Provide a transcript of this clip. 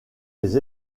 les